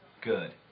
Good